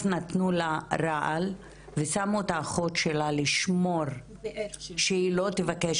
נתנו לה רעל ושמו את האחות שלה לשמור שהיא לא תבקש